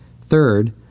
Third